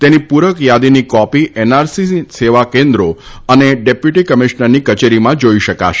તેની પૂરક યાદીની કોપી એનઆરસી સેવા કેન્દ્રો અને ડેપ્યુટી કમિશ્નરની કચેરીમાં જાઇ શકાશે